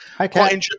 Okay